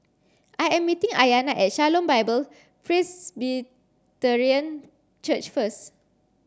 I am meeting Ayana at Shalom Bible Presbyterian Church first